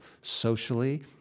socially